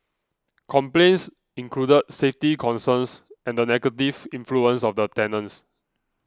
complaints included safety concerns and the negative influence of the tenants